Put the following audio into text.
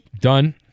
Done